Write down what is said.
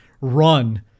run